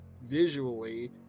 visually